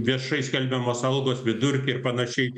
viešai skelbiamos algos vidurkį ir panašiai